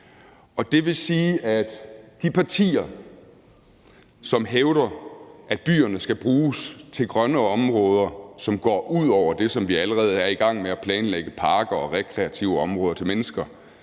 Det vil sige, at de partier, som hævder, at byerne skal bruges til grønne områder, som går ud over det, som vi allerede er i gang med at planlægge i form af parker og rekreative områder til mennesker,